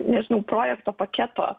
nežinau projekto paketo